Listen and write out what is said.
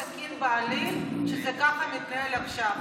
שזה לא תקין בעליל שזה מתנהל ככה עכשיו.